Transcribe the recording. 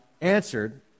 answered